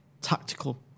tactical